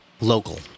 Local